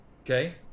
Okay